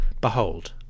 Behold